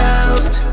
out